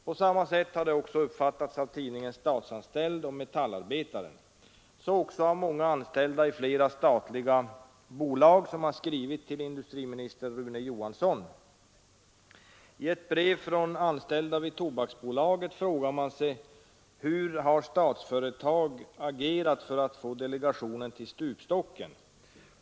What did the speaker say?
På samma sätt har det uppfattats av tidningarna Statsanställd och Metallarbetaren, så också av många anställda i flera statliga bolag. Det gäller personer som har skrivit till industriministern Rune Johansson. I ett brev från anställda i Tobaksbolaget frågar man sig hur ”Statsföretag har agerat för att få delegationen till stupstocken”.